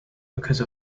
because